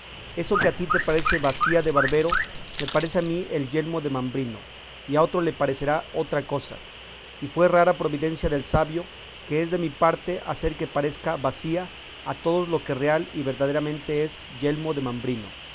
eso que a ti te parece bacía de barbero me parece a mí el yelmo de mambrino y a otro le parecerá otra cosa y fue rara providencia del sabio que es de mi parte hacer que parezca bacía a todos lo que real y verdaderamente es yelmo de mambrino